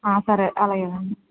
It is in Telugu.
సరే అలాగేనండి